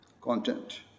content